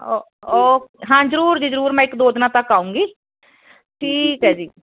ਓ ਹਾਂ ਜਰੂਰ ਜੀ ਜਰੂਰ ਮੈਂ ਇੱਕ ਦੋ ਦਿਨਾਂ ਤੱਕ ਆਉਂਗੀ ਠੀਕ ਹੈ ਜੀ